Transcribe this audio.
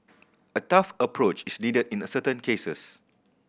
a tough approach is needed in a certain cases